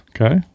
okay